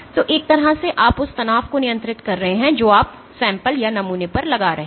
तो एक तरह से आप उस तनाव को नियंत्रित कर रहे हैं जो आप नमूने पर लगा रहे हैं